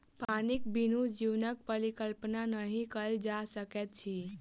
पानिक बिनु जीवनक परिकल्पना नहि कयल जा सकैत अछि